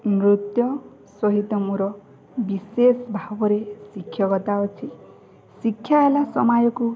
ନୃତ୍ୟ ସହିତ ମୋର ବିଶେଷ ଭାବରେ ଶିକ୍ଷକତା ଅଛି ଶିକ୍ଷା ହେଲା ସମାଜକୁ